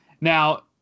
Now